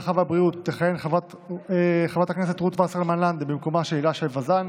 חוק ומשפט חברת הכנסת רות וסרמן לנדה תכהן במקום הפנוי לסיעה,